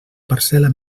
parcel·la